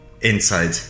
inside